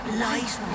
light